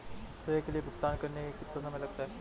स्वयं के लिए भुगतान करने में कितना समय लगता है?